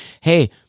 hey